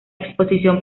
exposición